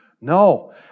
No